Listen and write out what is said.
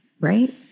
Right